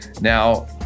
now